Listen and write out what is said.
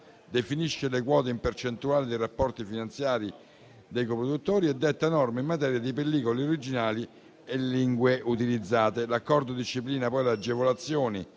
definisce le quote in percentuali dei rapporti finanziari dei produttori e detta norme in materia di pellicole originali e lingue utilizzate. *(Brusio. Richiami del